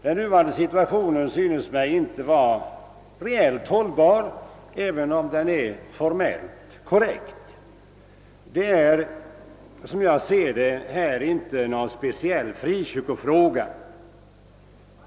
Den nuvarande situationen synes mig inte vara reellt hållbar, även om den är formellt korrekt. Detta är, som jag ser det, inte någon speciell frikyrkofråga.